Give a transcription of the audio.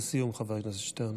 לסיום, חבר הכנסת שטרן.